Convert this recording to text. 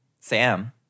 Sam